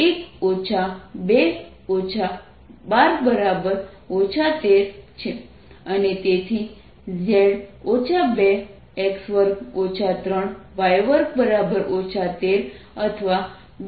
અને તેથી z 2x2 3y2 13 અથવા 2x23y2 z13 દ્વારા સરફેસ વર્ણવવામાં આવે છે આ જવાબ છે